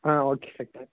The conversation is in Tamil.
ah okay doctor